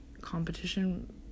competition